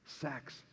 Sex